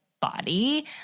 body